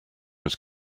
was